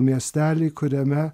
miestely kuriame